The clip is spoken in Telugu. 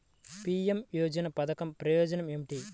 పీ.ఎం యోజన పధకం ప్రయోజనం ఏమితి?